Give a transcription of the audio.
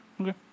Okay